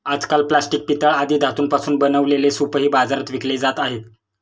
आजकाल प्लास्टिक, पितळ आदी धातूंपासून बनवलेले सूपही बाजारात विकले जात आहेत